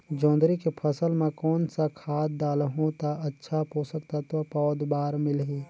जोंदरी के फसल मां कोन सा खाद डालहु ता अच्छा पोषक तत्व पौध बार मिलही?